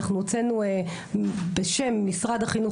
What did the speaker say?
אנחנו הוצאנו בשם משרד החינוך,